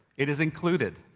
it is included,